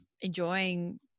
enjoying